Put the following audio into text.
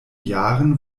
jahren